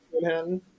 Manhattan